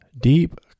Deep